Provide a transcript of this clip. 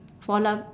for la~